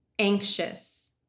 anxious